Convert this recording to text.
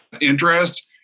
interest